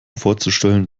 vorzustellen